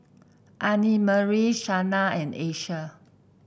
Annemarie Shana and Asia